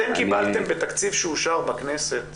אתם קיבלתם בתקציב שאושר בכנסת